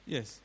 Yes